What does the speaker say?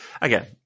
again